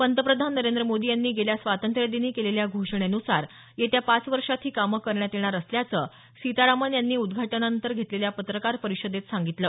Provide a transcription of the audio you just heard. पंतप्रधान नरेंद्र मोदी यांनी गेल्या स्वातंत्र्यादिनी केलेल्या घोषणेनुसार येत्या पाच वर्षांत ही कामं करण्यात येणार असल्याचं सीतारामन यांनी या उद्घाटनानंतर घेतलेल्या पत्रकार परिषदेत सांगितलं